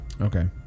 Okay